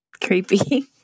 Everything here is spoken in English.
creepy